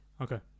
Okay